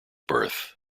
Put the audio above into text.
birth